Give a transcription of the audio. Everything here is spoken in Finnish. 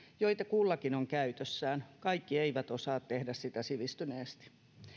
joita kullakin on käytössään kaikki eivät osaa tehdä sitä sivistyneesti